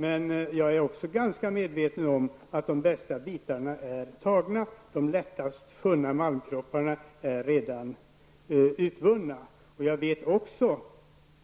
Men jag är också ganska medveten om att de bästa bitarna är tagna, att de lättast funna malmkropparna redan är utvunna. Jag vet också